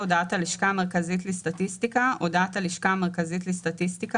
"הודעת הלשכה המרכזית לסטטיסטיקה" הודעת הלשכה המרכזית לסטטיסטיקה